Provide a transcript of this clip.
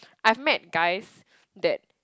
I've met guys that